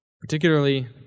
Particularly